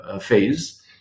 phase